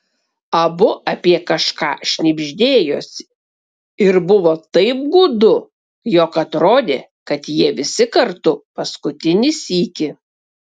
abu apie kažką šnibždėjosi ir buvo taip gūdu jog atrodė kad jie visi kartu paskutinį sykį